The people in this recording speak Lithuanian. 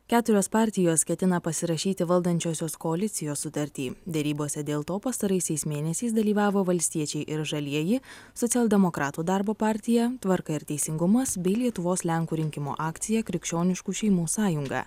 keturios partijos ketina pasirašyti valdančiosios koalicijos sutartį derybose dėl to pastaraisiais mėnesiais dalyvavo valstiečiai ir žalieji socialdemokratų darbo partija tvarka ir teisingumas bei lietuvos lenkų rinkimų akcija krikščioniškų šeimų sąjunga